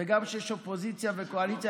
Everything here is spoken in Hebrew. כשיש אופוזיציה וקואליציה,